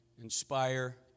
inspire